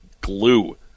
glue